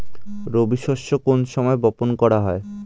রবি শস্য কোন সময় বপন করা হয়?